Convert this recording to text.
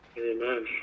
Amen